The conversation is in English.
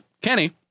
Kenny